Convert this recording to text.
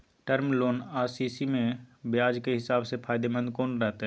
Term loan आ CC म ब्याज के हिसाब से फायदेमंद कोन रहते?